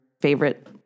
favorite